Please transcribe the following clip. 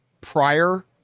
prior